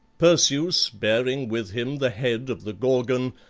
perseus, bearing with him the head of the gorgon,